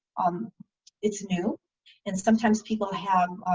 it's new and sometimes people have